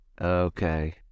Okay